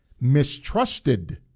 mistrusted